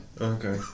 okay